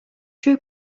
true